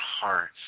hearts